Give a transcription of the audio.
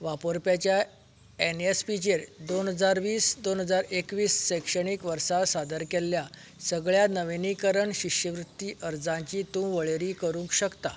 वापरप्याच्या N S P चेर दोन हजार वीस दोन हजार एकवीस शैक्षणीक वर्सा सादर केल्ल्या सगळ्या नविनीकरण शिश्यवृत्ती अर्जांची तूं वळेरी करूंक शकता